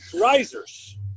risers